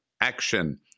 Action